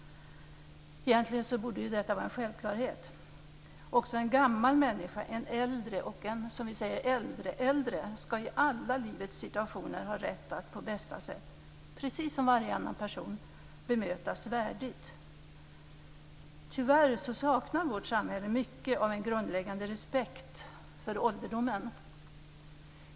Egentligen borde detta var en självklarhet. Också en gammal människa, en äldre, och en äldreäldre, skall i alla livets situationer ha rätt att på bästa sätt, precis som varje annan person, bemötas värdigt. Tyvärr saknar vårt samhälle mycket av en grundläggande respekt för ålderdomen.